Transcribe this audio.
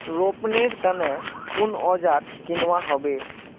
रोपनीर तने कुन औजार किनवा हबे